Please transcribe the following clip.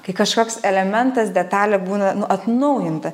kai kažkoks elementas detalė būna atnaujinta